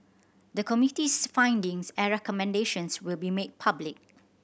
the Committee's findings and recommendations will be made public